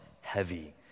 heavy